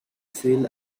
feel